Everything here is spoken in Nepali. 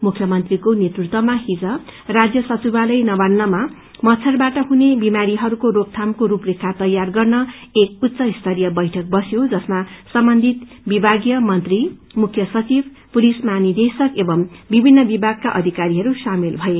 मुख्यमन्त्रीको नेतृत्वमा हिज राज्य सचिवालय नवात्रमा मच्छरबाट हुने विमारीहरूको रोकयामको रूपरेखा तयार गर्न एक उच्च स्तरीय बैठक बस्यो जसमा सम्बन्धित विमागीय मन्त्री मुख्य सचिव पुलिस महानिदेशक एवं विभिन्न विमागका अधिकारीहरू सामेल भए